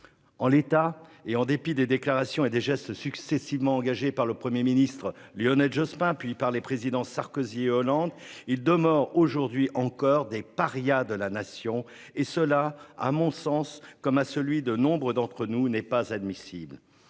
En l'état et en dépit des déclarations et des gestes successivement engagé par le 1er ministre Lionel Jospin, puis par les présidents Sarkozy et Hollande de morts aujourd'hui encore des parias de la nation et cela, à mon sens comme à celui de nombre d'entre nous n'est pas admissible.